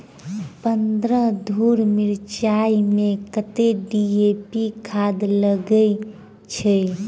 पन्द्रह धूर मिर्चाई मे कत्ते डी.ए.पी खाद लगय छै?